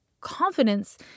confidence